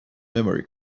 memory